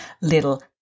little